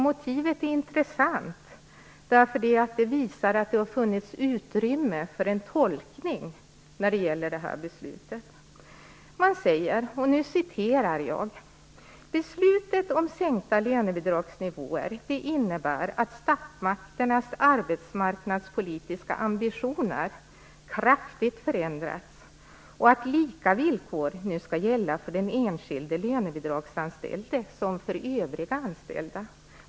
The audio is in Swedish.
Motivet är intressant. Det visar att det har funnits utrymme för en tolkning när det gäller detta beslut. Man säger: "Beslutet om sänkta lönebidragsnivåer innebär att statsmakternas arbetsmarknadspolitiska ambitioner kraftigt förändrats och att lika villkor nu skall gälla för den enskilde lönebidragsanställde som för övriga anställda."